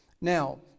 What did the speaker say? Now